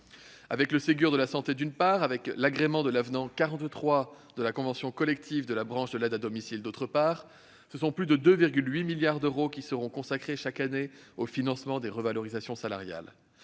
Avec le Ségur de la santé, d'une part, l'agrément de l'avenant n° 43 à la convention collective de la branche de l'aide à domicile, d'autre part, ce sont plus de 2,8 milliards d'euros qui seront alloués chaque année au financement de revalorisations salariales.